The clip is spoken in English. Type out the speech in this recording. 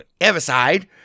Everside